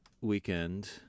weekend